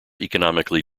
economically